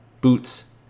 boots